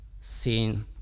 seen